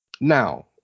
Now